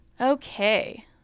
Okay